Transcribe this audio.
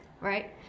right